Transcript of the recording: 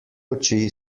oči